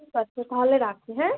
ঠিক আছে তাহলে রাখি হ্যাঁ